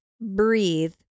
breathe